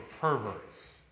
perverts